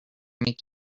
make